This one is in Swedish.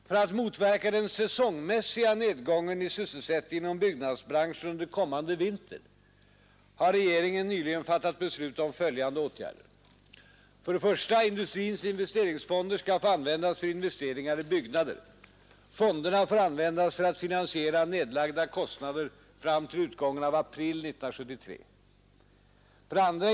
För att motverka den säsongmässiga nedgången i sysselsättningen inom byggbranschen under kommande vinter har regeringen nyligen fattat beslut om följande åtgärder. 1. Industrins investeringsfonder skall få användas för investeringar i byggnader. Fonderna får användas för att finansiera nedlagda kostnader fram till utgången av april 1973. 2.